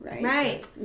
Right